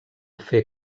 fer